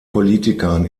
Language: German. politikern